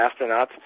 astronauts